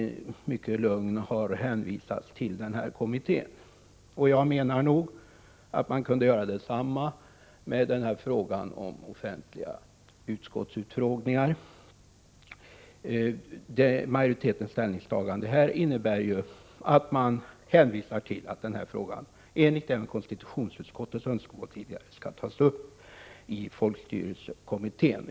mycket lugnt har hänvisats till kommittén. Jag menar nog att man kunde göra detsamma när det gäller frågan om offentliga utskottsutfrågningar. Majoritetens ställningstagande i det avseendet innebär ju att man hänvisar till att den här frågan enligt tidigare önskemål från konstitutionsutskottet skall tas upp i folkstyrelsekommittén.